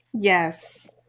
Yes